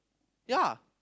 ya